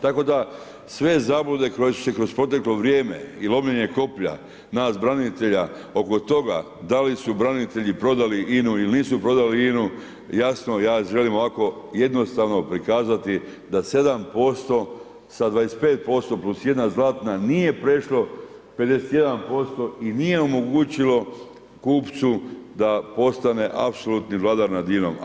Tako da sve zablude koje su se kroz proteklo vrijeme i lomljenje koplja, nas branitelja, oko toga da li su branitelji prodali INA-u ili nisu prodali INA-u, jasno ja želim ovako jednostavno prikazati da 7% sa 25% plus jedna zlatna nije prešlo 51% i nije omogućilo kupcu da postane apsolutni vladar nad INA-om.